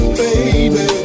baby